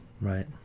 right